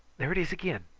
there it is again!